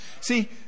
See